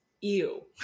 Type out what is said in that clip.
ew